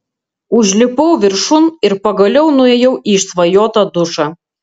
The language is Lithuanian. užlipau viršun ir pagaliau nuėjau į išsvajotą dušą